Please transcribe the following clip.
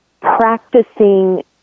practicing